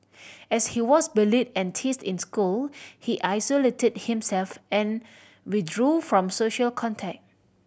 as he was bullied and teased in school he isolated himself and withdrew from social contact